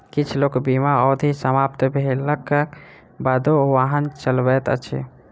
किछ लोक बीमा अवधि समाप्त भेलाक बादो वाहन चलबैत अछि